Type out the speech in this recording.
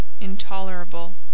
intolerable